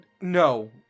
No